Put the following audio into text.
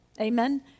Amen